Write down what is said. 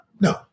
no